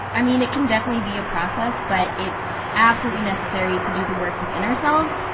i mean, it can definitely be a process, but it's absolutely necessary to do the work within ourselves.